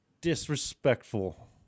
disrespectful